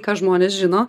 ką žmonės žino